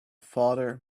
father